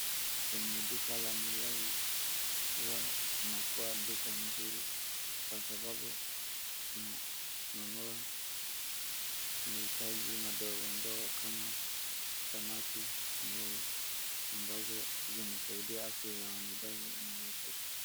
Kwenye duka la mayai huwa linakuwa duka mzuri kwa sababu unanunua mahitaji madogo ndogo kama samaki, mayai ambazo zinasaidia afya ya wanadamu.